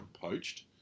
poached